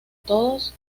todos